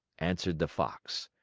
answered the fox.